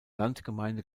landgemeinde